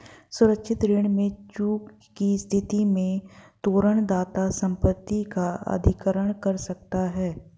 सुरक्षित ऋण में चूक की स्थिति में तोरण दाता संपत्ति का अधिग्रहण कर सकता है